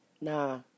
nah